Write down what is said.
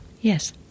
Yes